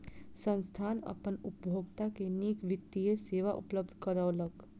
संस्थान अपन उपभोगता के नीक वित्तीय सेवा उपलब्ध करौलक